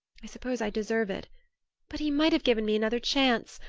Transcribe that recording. i suppose i deserve it but he might have given me another chance!